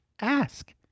ask